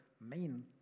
main